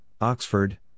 Oxford